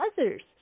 others